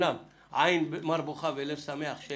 עין במר בוכה ולב שמח כי